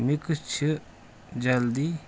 mix چھِ جلدٕے